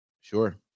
Sure